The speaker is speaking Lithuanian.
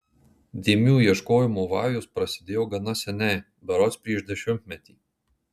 dėmių ieškojimo vajus prasidėjo gana seniai berods prieš dešimtmetį